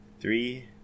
Three